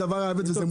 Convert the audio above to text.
דבר האבד וזה מותר.